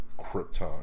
Krypton